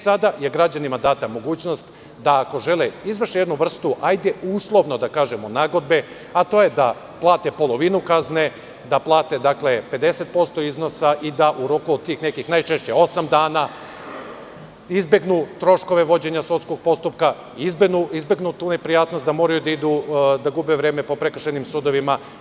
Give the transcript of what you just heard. Sada je građanima data mogućnost da ako žele izvrše jednu vrstu, uslovno da kažemo, nagodbe, a to je da plate polovinu kazne, da plate 50% iznosa i da u roku od tih nekih najčešće 8 dana izbegnu troškove vođenja sudskog postupka, izbegnu tu neprijatnost da moraju da idu da gube vreme po prekršajnim sudovima.